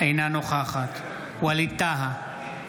אינה נוכחת ווליד טאהא,